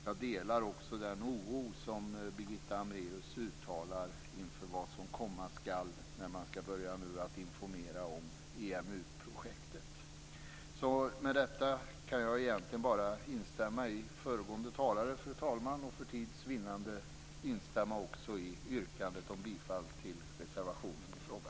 Jag delar också den oro som Birgitta Hambræus uttalar inför vad som komma skall när man nu skall börja informera om EMU-projektet. Med detta kan jag egentligen bara instämma i det föregående talare sagt, fru talman. För tids vinnande instämmer jag också i yrkandet om bifall till reservationen i fråga.